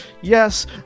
Yes